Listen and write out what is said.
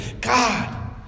God